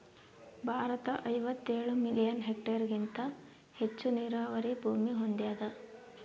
ಭಾರತ ಐವತ್ತೇಳು ಮಿಲಿಯನ್ ಹೆಕ್ಟೇರ್ಹೆಗಿಂತ ಹೆಚ್ಚು ನೀರಾವರಿ ಭೂಮಿ ಹೊಂದ್ಯಾದ